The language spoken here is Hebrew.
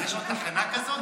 יש עוד תחנה כזאת?